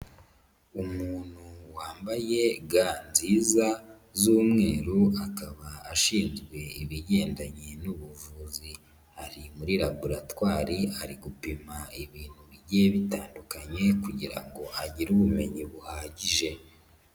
Umuntu wambaye ga nziza z'umweru, akaba ashinzwe ibigendanye n'ubuvuzi. Ari muri laboratwari, ari gupima ibintu bigiye bitandukanye kugira ngo agire ubumenyi buhagije.